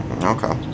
Okay